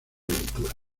ventura